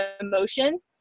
emotions